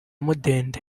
mudende